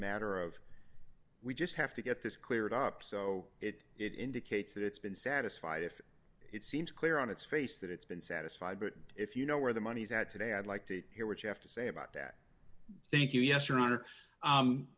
matter of we just have to get this cleared up so it it indicates that it's been satisfied if it seems clear on its face that it's been satisfied but if you know where the money's at today i'd like to hear what you have to say about that thank you yes